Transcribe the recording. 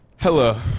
Hello